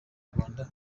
rwanda